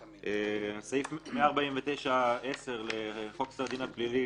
סעיף 149(10) לחוק סדר הדין הפלילי